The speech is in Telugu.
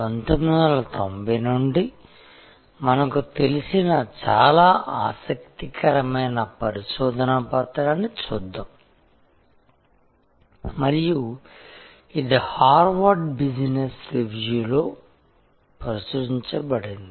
1990 నుండి మనకు తెలిసిన చాలా ఆసక్తికరమైన పరిశోధనా పత్రాన్ని చూద్దాం మరియు ఇది హార్వర్డ్ బిజినెస్ రివ్యూలో ప్రచురించబడింది